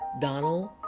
Donald